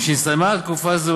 משנסתיימה תקופה זו,